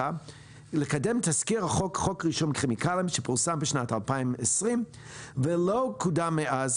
לקדם את תסקיר החוק חוק רישום כימיקלים שפורסם בשנת 2020 ולא קודם מאז,